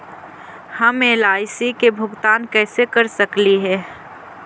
हम एल.आई.सी के भुगतान कैसे कर सकली हे?